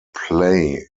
play